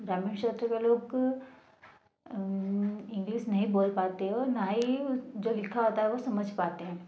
ग्रामीण क्षेत्र के लोग इंग्लिश नहीं बोल पाते हैं ना ही जो लिखा होता है वह समझ पाते हैं